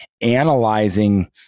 analyzing